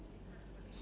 ya